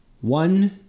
one